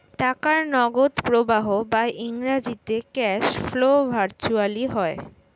টাকার নগদ প্রবাহ বা ইংরেজিতে ক্যাশ ফ্লো ভার্চুয়ালি হয়